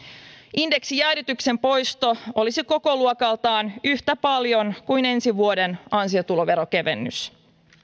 indeksijäädytyksen poisto olisi kokoluokaltaan yhtä paljon kuin ensi vuoden ansiotuloverokevennys